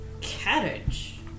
Carriage